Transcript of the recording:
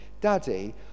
Daddy